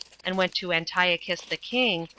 and went to antiochus the king,